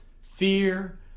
fear